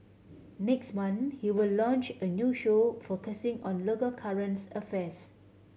next month he will launch a new show focusing on local currents affairs